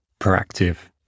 proactive